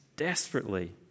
desperately